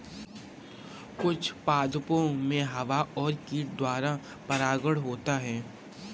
कुछ पादपो मे हवा और कीट द्वारा परागण होता है